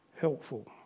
helpful